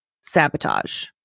sabotage